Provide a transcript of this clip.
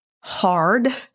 hard